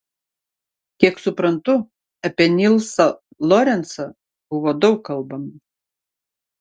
kiek suprantu apie nilsą lorencą buvo daug kalbama